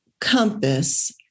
compass